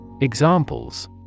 Examples